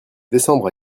décembre